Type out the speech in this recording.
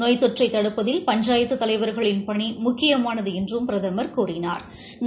நோய் தொற்றை தடுப்பதில் பஞ்சாயத்து தலைவர்களின் பணி முக்கியமானது என்றும் பிரதமர் கூறினாள்